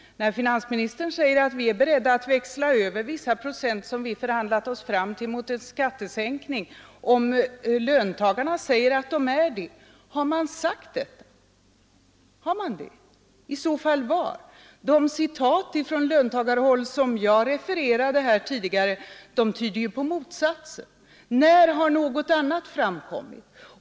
Finansministern säger att han är beredd att växla över vissa procent, som man har förhandlat sig fram till, mot en skattesänkning, om löntagarna säger att de är med på det. Men har de sagt det? I så fall var? De citat från löntagarhåll som jag tidigare anfört tyder på motsatsen. När har något framkommit?